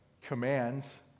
commands